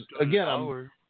Again